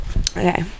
Okay